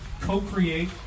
co-create